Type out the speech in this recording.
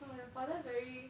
oh yourfathervery